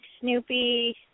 Snoopy